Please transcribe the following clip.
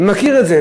מכיר את זה.